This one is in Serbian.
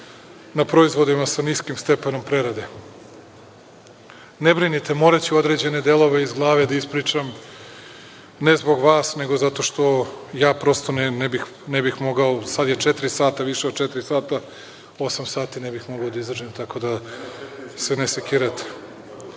na proizvodima sa niskim stepenom prerade. Ne brinite, moraću određene delove iz glave da ispričam, ne zbog vas, nego zato što ja prosto ne bih mogao, sada je četiri, više od četiri sata, osam sata ne bih mogao da izdržim, tako da se ne sekirate.(Vojislav